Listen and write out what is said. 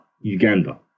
Uganda